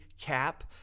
CAP